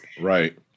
right